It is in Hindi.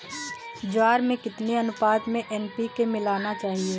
ज्वार में कितनी अनुपात में एन.पी.के मिलाना चाहिए?